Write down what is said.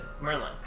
Merlin